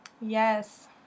yes